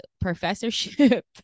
professorship